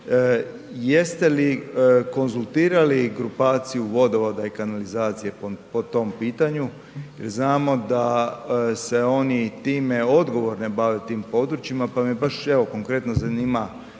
Jeste li konzultirali grupacija Vodovoda i kanalizacije po tom pitanju? Znamo da se oni time odgovorno bave tim područjima pa me baš evo, konkretno zanima